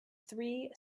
three